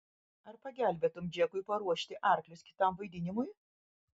ar pagelbėtumei džekui paruošti arklius kitam vaidinimui